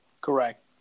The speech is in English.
Correct